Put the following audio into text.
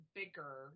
bigger